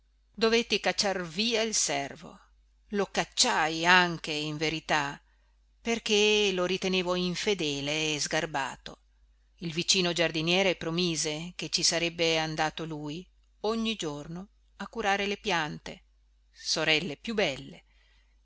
dovetti cacciar via il servo lo cacciai anche in verità perché lo ritenevo infedele e sgarbato il vicino giardiniere promise che ci sarebbe andato lui ogni giorno a curare le piante sorelle più belle